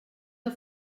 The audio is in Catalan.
del